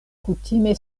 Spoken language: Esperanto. kutime